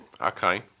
Okay